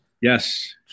Yes